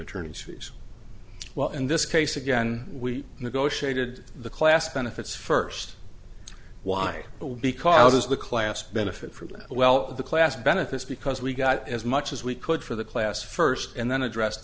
attorneys fees well in this case again we negotiated the class benefits first why but because the class benefit for them well the class benefits because we got as much as we could for the class first and then addressed